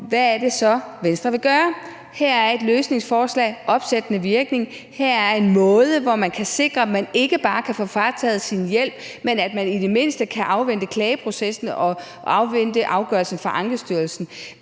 hvad det så er, Venstre vil gøre. Her er et løsningsforslag: opsættende virkning. Her er en måde, hvor man kan sikre, at man ikke bare kan få frataget sin hjælp, men at man i det mindste kan afvente klageprocessen og afvente afgørelsen fra Ankestyrelsen.